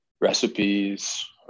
recipes